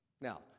Now